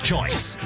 choice